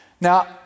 Now